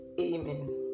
Amen